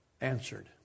answered